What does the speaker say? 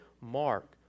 Mark